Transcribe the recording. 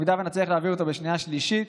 אם נצליח להעביר אותו בשנייה ושלישית,